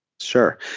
Sure